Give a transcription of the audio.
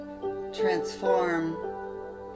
transform